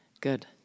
Good